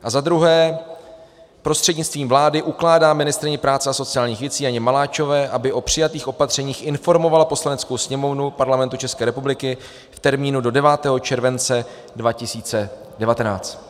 2. prostřednictvím vlády ukládá ministryni práce a sociálních věcí Janě Maláčové, aby o přijatých opatřeních informovala Poslaneckou sněmovnu Parlamentu České republiky v termínu do 9. července 2019.